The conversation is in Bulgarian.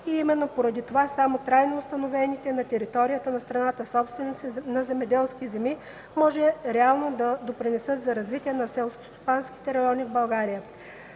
и именно поради това само трайно установените на територията на страната собственици на земеделски земи може реално да допринесат за развитие на селскостопанските райони в България.